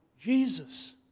Jesus